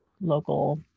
local